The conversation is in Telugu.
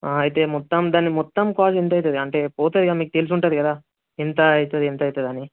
అయితే మొత్తం దాని మొత్తం కాస్ట్ ఎంత అవుతుంది అంటే పోతుంది కదా మీకు తెలిసి ఉంటుంది కదా ఇంత అవుతుంది ఎంత అయిందని